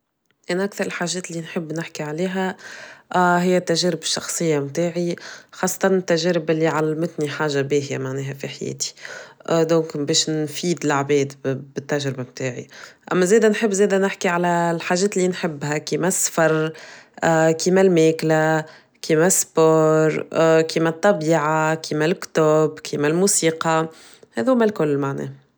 أنا أكثر الحاجات اللي نحب نحكي عليها ااا هى التجارب الشخصية متاعي خاصة التجارب اللي علمتني حاجة باهية معناها في حياتي دونك باش نفيد العباد بالتجربة بتاعي أما زيدا نحب زيدا نحكي على الحاجات اللي نحبها كما السفر كما الماكلة كما السبور كما الطبيعة كما الكتب كما الموسيقى هاذوما الكل معناها.